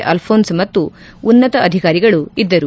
ಅಲ್ನೋನ್ಸ್ ಮತ್ತು ಉನ್ನತ ಅಧಿಕಾರಿಗಳು ಇದ್ದರು